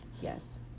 yes